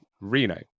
reno